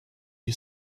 you